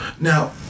Now